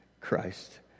Christ